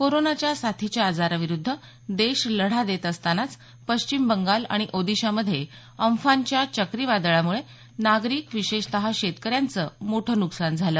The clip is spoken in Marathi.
कोरोनाच्या साथीच्या आजाराविरुद्ध देश लढा देत असतानाच पश्चिम बंगाल आणि ओदिशामध्ये अम्फानचा चक्रीवादळामुळे नागरिक विशेषतः शेतकऱ्यांचं मोठं नुकसान झालं